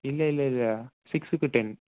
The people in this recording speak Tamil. இல்லை இல்லை இல்லை சிக்ஸுக்கு டென்